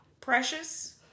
Precious